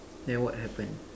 then what happened